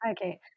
Okay